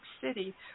city